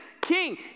King